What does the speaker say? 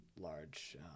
large